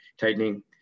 tightening